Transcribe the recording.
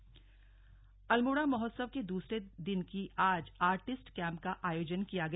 अल्मोड़ा महोत्सव अल्मोड़ा महोत्सव के दूसरे दिन की आज आर्टिस्ट कैम्प का आयोजन किया गया